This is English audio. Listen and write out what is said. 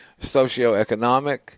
Socioeconomic